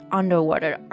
underwater